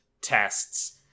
tests